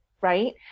Right